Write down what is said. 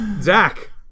Zach